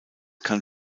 kann